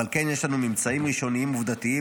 כן יש לנו ממצאים ראשוניים עובדתיים,